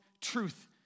truth